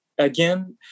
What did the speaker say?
Again